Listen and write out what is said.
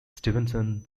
stevenson